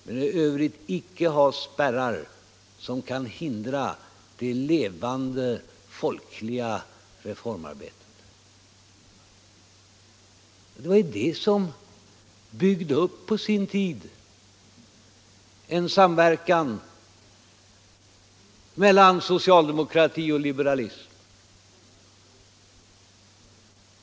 Men i övrigt skall vi icke ha spärrar som kan hindra det levande folkliga reformarbetet. Det var ju det som på sin tid byggde upp en samverkan mellan socialdemokrati och liberalism.